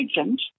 agent